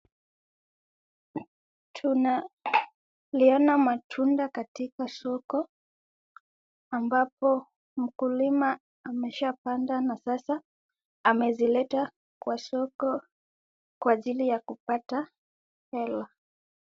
Tunaliona matunda katika soko ambapo mkulima ameshapanda na sasa amezileta kwa soko kwa ajili ya kupata hela.